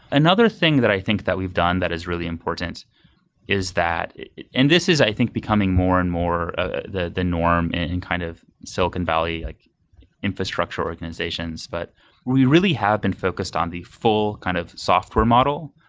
another thing that i think that we've done that is really important is that and this is i think becoming more and more ah the the norm in kind of silicon valley like infrastructure organizations, but we really have been focused on the full kind of software model.